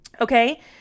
okay